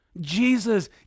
Jesus